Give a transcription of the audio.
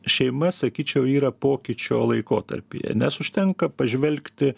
šeima sakyčiau yra pokyčio laikotarpyje nes užtenka pažvelgti